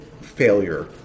failure